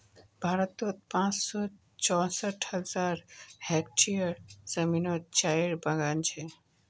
भारतोत पाँच सौ चौंसठ हज़ार हेक्टयर ज़मीनोत चायेर बगान छे